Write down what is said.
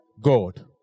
God